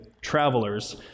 travelers